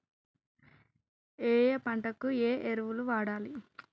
ఏయే పంటకు ఏ ఎరువులు వాడాలి?